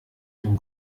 dem